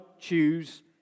choose